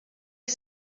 ich